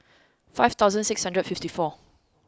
five thousand six hundred fifty four